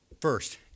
First